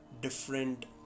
different